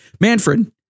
Manfred